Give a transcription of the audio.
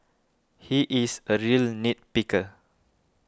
he is a real nit picker